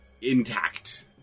Intact